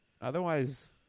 otherwise